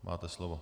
Máte slovo.